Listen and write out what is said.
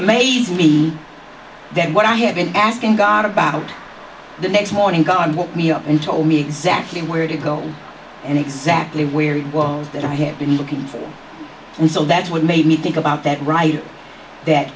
amazed me that what i had been asking god about the next morning god want me up and told me exactly where to go and exactly where it was that i had been looking for and so that's what made me think about that right that